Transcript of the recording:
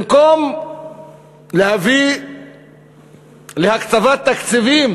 במקום להביא להקצבת תקציבים